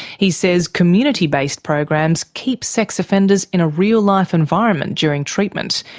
he says community based programs keep sex offenders in a real life environment during treatment,